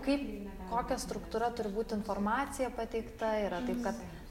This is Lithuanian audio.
kaip kokia struktūra turi būt informacija pateikta yra taip kad